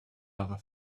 other